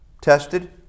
tested